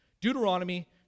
Deuteronomy